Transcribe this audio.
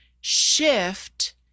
shift